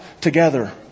together